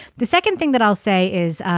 the second thing that i'll say is